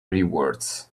rewards